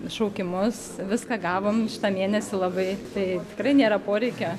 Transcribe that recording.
šaukimus viską gavome šitą mėnesį labai tai tikrai nėra poreikio